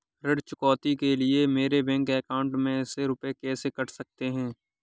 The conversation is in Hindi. ऋण चुकौती के लिए मेरे बैंक अकाउंट में से रुपए कैसे कट सकते हैं?